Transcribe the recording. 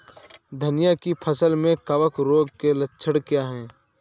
धनिया की फसल में कवक रोग के लक्षण क्या है?